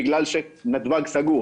בגלל שנתב"ג סגור,